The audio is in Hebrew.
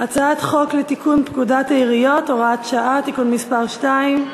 הצעת חוק לתיקון פקודת העיריות (הוראת שעה) (תיקון מס' 2),